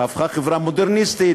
והיא הפכה חברה מודרניסטית,